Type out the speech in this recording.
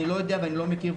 אני לא יודע ואני לא מכיר.